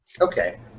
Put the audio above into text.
Okay